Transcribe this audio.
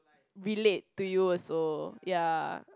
relate to you also ya